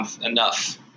enough